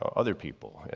other people.